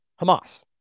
Hamas